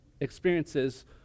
experiences